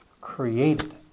created